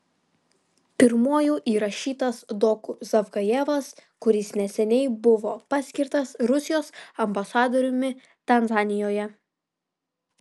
pirmuoju įrašytas doku zavgajevas kuris neseniai buvo paskirtas rusijos ambasadoriumi tanzanijoje